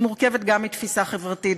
היא מורכבת גם מתפיסה חברתית,